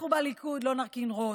אנחנו בליכוד לא נרכין ראש,